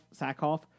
Sackhoff